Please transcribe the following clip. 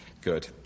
Good